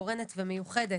קורנת ומיוחדת.